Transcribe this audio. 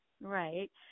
Right